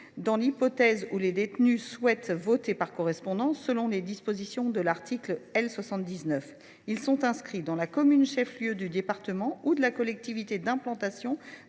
dans l’hypothèse où [les détenus] souhaitent voter par correspondance selon les dispositions de l’article L. 79 », ils sont inscrits « dans la commune chef lieu du département ou de la collectivité d’implantation